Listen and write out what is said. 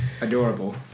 Adorable